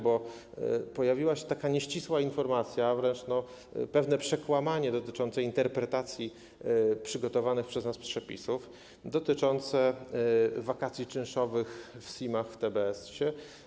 Bo pojawiła się taka nieścisła informacja, wręcz pewne przekłamanie dotyczące interpretacji przygotowanych przez nas przepisów dotyczące wakacji czynszowych w SIM-ach, w TBS-ie.